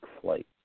flight